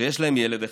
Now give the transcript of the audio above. שיש להם ילד אחד.